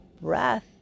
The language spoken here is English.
breath